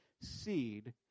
seed